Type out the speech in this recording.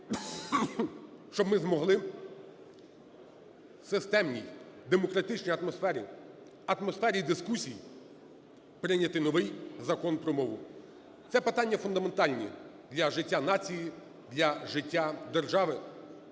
щоб ми змогли в системній, демократичній атмосфері, атмосфері дискусій прийняти новий Закон про мову. Це питання фундаментальні для життя нації, для життя держави.